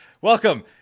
Welcome